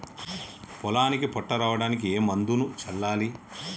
పొలానికి పొట్ట రావడానికి ఏ మందును చల్లాలి?